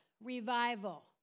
revival